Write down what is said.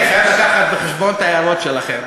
אני חייב להביא בחשבון את ההערות שלכם.